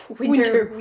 winter